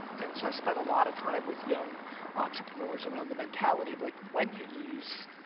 and so i spent a lot of time with young entrepreneurs around the mentality of like when you lose,